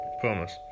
promise